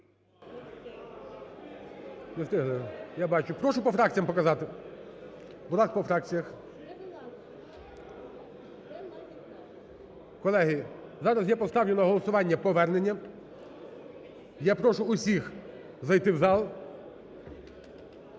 я бачу. Прошу по фракціям показати. Будь ласка, по фракціях. Колеги, зараз я поставлю на голосування повернення і я прошу усіх зайти в зал,